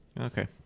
Okay